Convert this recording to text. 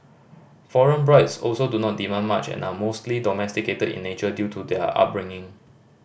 foreign brides also do not demand much and are mostly domesticated in nature due to their upbringing